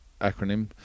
acronym